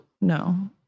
No